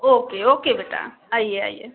okay okay बेटा आइए आइए